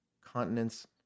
continents